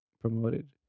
promoted